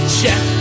check